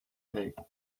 pig